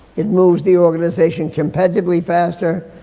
it moves the organization competitively faster,